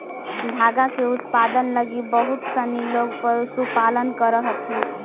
धागा के उत्पादन लगी बहुत सनी लोग पशुपालन करऽ हथिन